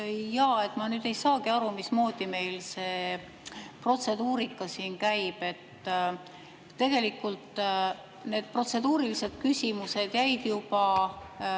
Ma nüüd ei saagi aru, mismoodi meil see protseduurika siin käib. Tegelikult need protseduurilised küsimused jäid juba